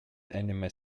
anime